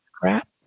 crap